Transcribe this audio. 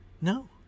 No